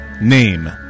Name